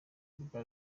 bwa